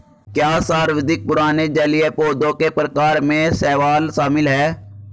क्या सर्वाधिक पुराने जलीय पौधों के प्रकार में शैवाल शामिल है?